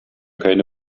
keine